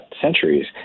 centuries